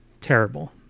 terrible